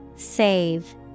Save